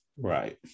Right